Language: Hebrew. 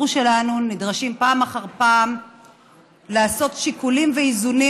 שלנו נדרשים פעם אחר פעם לעשות שיקולים ואיזונים